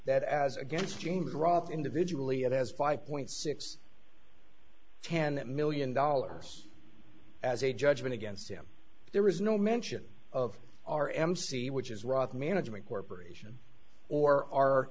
that as against james roth individually and as five point six ten million dollars as a judgment against him there is no mention of our mc which is rock management corporation or r